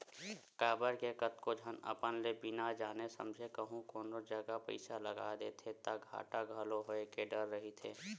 काबर के कतको झन अपन ले बिना जाने समझे कहूँ कोनो जगा पइसा लगा देथे ता घाटा घलो होय के डर रहिथे